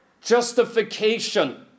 justification